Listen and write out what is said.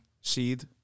seed